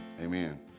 amen